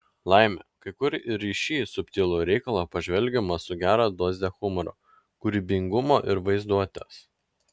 laimė kai kur ir į šį subtilų reikalą pažvelgiama su gera doze humoro kūrybingumo ir vaizduotės